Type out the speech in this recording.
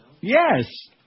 Yes